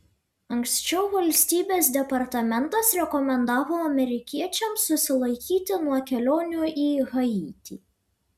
anksčiau valstybės departamentas rekomendavo amerikiečiams susilaikyti nuo kelionių į haitį